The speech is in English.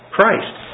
Christ